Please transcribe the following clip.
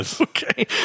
Okay